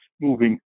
moving